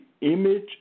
image